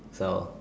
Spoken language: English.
so